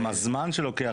גם הזמן שלוקח.